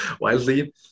wildly